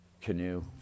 canoe